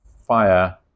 fire